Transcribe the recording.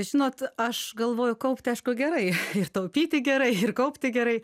žinot aš galvoju kaupti aišku gerai ir taupyti gerai ir kaupti gerai